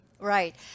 Right